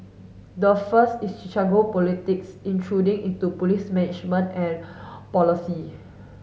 the first is politics intruding into police management and policy